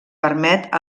permet